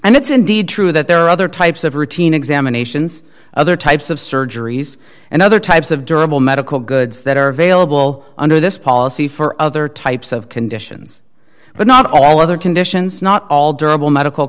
and it's indeed true that there are other types of routine examinations other types of surgeries and other types of durable medical goods that are available under this policy for other types of conditions but not all other conditions not all